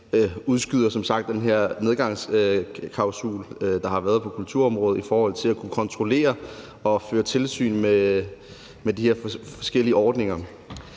udskydes som sagt den her solnedgangsklausul, der har været på kulturområdet, i forhold til at kunne kontrollere og føre tilsyn med de forskellige ordninger,